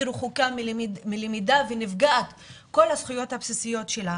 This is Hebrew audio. רחוקה מלמידה ונפגעת כל הזכויות הבסיסיות שלה.